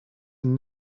and